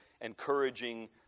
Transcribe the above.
encouraging